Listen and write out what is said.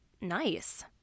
nice